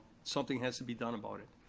something has to be done about it.